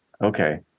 Okay